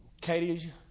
Katie